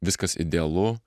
viskas idealu